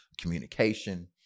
communication